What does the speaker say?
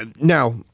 now